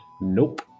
Nope